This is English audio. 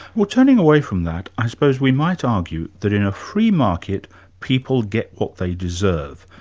well turning away from that, i suppose we might argue that in a free market people get what they deserve.